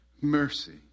mercy